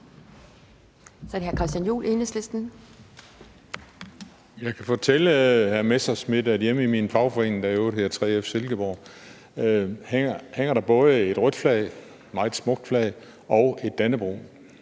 Messerschmidt, at hjemme i min fagforening, der i øvrigt hedder 3F Silkeborg, hænger der både et rødt flag – et meget smukt flag – og et dannebrog.